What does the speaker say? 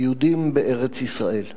יהודים בארץ-ישראל.